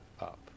up